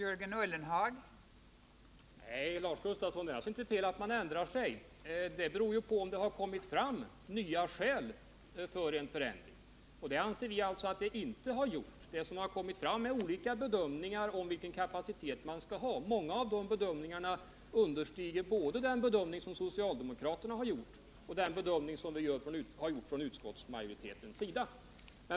Fru talman! Nej, Lars Gustafsson, det är alls inte fel att ändra sig. Det beror på om det kommit fram nya skäl som motiverat en förändring, och det anser vi alltså att det inte har gjort. Det som har kommit fram är olika bedömningar av vilken kapacitet som är önskvärd. Många av de bedömningarna understiger både den bedömning som socialdemokraterna har gjort och den bedömning som utskottsmajoriteten gjort.